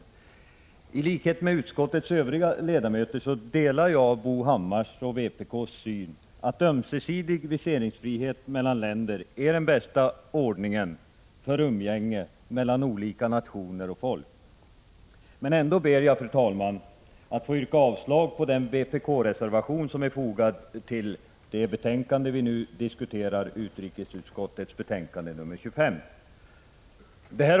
eler I likhet med utskottets övriga ledamöter delar jag Bo Hammars och vpk:s och USA : syn, att ömsesidig viseringsfrihet mellan länder är den bästa ordningen för umgänget mellan olika nationer och folk, men ändå vill jag avstyrka den vpk-reservation som är fogad till utrikesutskottets betänkande 25.